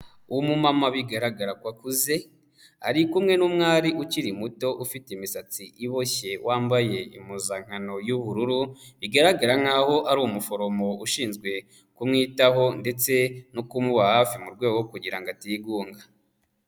Umumama bigaragara ko akuze, ari kumwe n'umwari ukiri muto ufite imisatsi iboshye wambaye impuzankano y'ubururu, bigaragara nk'aho ari umuforomo ushinzwe kumwitaho ndetse no kumuba hafi mu rwego rwo kugira ngo atigunga.